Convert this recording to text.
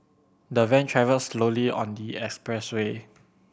the van travelled slowly on the express way